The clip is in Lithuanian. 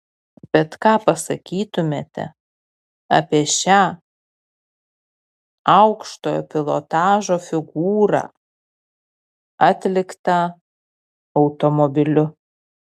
bet ką pasakytumėte apie šią aukštojo pilotažo figūrą atliktą automobiliu